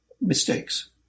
mistakes